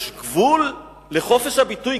יש גבול לחופש הביטוי,